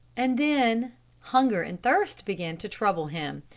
and then hunger and thirst began to trouble him.